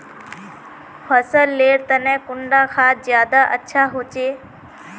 फसल लेर तने कुंडा खाद ज्यादा अच्छा होचे?